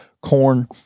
corn